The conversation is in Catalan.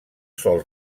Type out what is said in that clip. sol